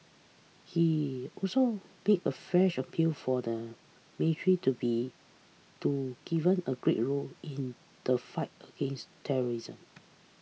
he also made a fresh appeal for the military to be to given a greater role in the fight against terrorism